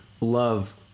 love